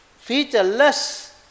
featureless